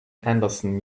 anderson